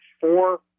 four